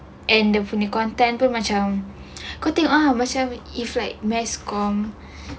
and dia punya content pun macam kau tengok lah if like mass comm